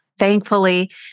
Thankfully